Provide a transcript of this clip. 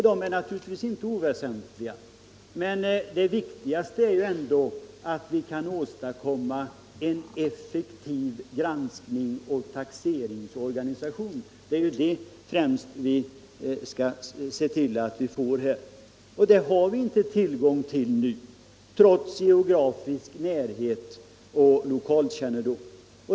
De är naturligtvis inte oväsentliga, men det viktigaste är ändå att vi kan åstadkomma en effektiv granskningsoch taxeringsorganisation. Det är främst det vi skall se till att få, och det har vi inte tillgång till nu trots geografisk närhet och lokalkännedom.